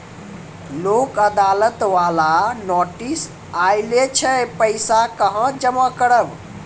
लोक अदालत बाला नोटिस आयल छै पैसा कहां जमा करबऽ?